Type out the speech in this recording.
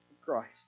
Christ